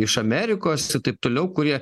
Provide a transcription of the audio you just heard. iš amerikos ir taip toliau kurie